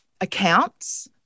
accounts